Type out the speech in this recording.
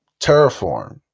Terraform